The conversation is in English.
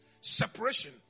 separation